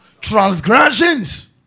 transgressions